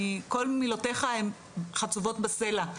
כל מילותיך הן חצובות בסלע,